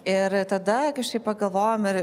ir tada kažkaip pagalvojom ir